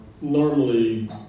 normally